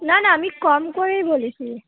না না আমি কম করেই বলেছি